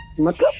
look